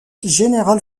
général